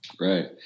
Right